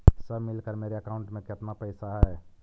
सब मिलकर मेरे अकाउंट में केतना पैसा है?